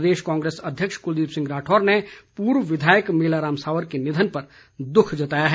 प्रदेश कांग्रेस अध्यक्ष कुलदीप सिंह राठौर ने पूर्व विधायक मेलाराम सावर के निधन पर दुख जताया है